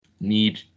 need